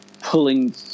pulling